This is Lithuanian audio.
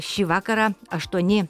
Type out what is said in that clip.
šį vakarą aštuoni